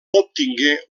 obtingué